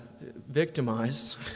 victimized